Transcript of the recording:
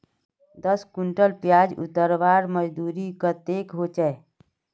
दस कुंटल प्याज उतरवार मजदूरी कतेक होचए?